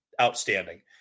outstanding